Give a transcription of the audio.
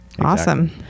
Awesome